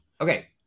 Okay